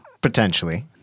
Potentially